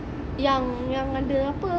yang yang ada apa